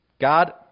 God